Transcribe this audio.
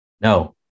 No